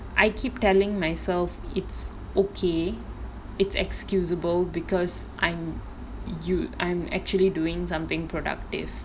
I keep telling myself it's okay it's excusable because I'm yo~ I'm actually doing something productive